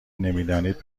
نمیدانید